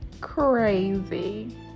crazy